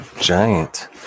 Giant